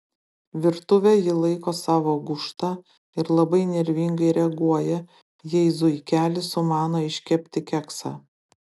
virtuvę ji laiko savo gūžta ir labai nervingai reaguoja jei zuikelis sumano iškepti keksą